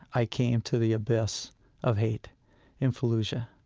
i came to the abyss of hate in fallujah.